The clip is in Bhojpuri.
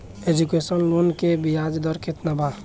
एजुकेशन लोन के ब्याज दर केतना बा?